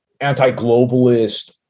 anti-globalist